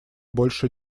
больше